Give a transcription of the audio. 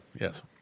Yes